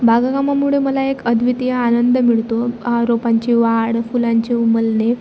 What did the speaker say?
बागकामामुळे मला एक अद्वितीय आनंद मिळतो रोपांची वाढ फुलांचे उमलणे